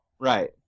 Right